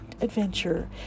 adventure